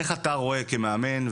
איך אתה רואה כמאמן,